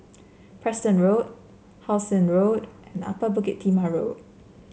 Preston Road How Sun Road and Upper Bukit Timah Road